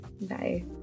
Bye